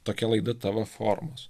tokia laida tavo formos